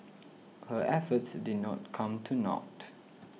her efforts did not come to naught